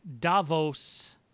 Davos